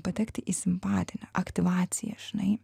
patekti į simpatinę aktyvaciją žinai